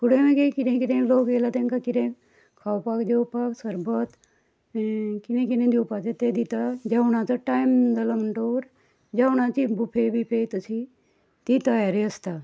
फुडें मागी कितें कितें लोक आयला तांकां कितें खावपाक जेवपाक सरबत कितें कितें दिवपाचें तें दिता जेवणाचो टायम जालो म्हण्टकच जेवणाची बुफे बिफे तसी ती तयारी आसता